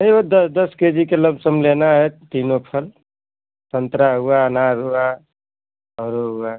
नही वो दस के जी के लगभग लेना है तीनों फल संतरा हुआ अनार हुआ और वो हुआ